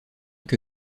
que